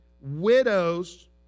widows